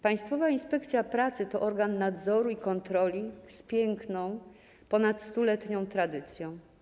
Państwowa Inspekcja Pracy to organ nadzoru i kontroli z piękną, ponad 100-letnią tradycją.